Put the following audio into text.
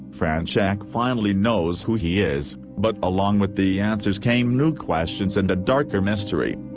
fronczak finally knows who he is, but along with the answers came new questions and a darker mystery.